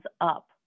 up